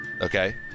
Okay